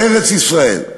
בארץ-ישראל,